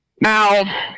Now